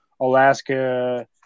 Alaska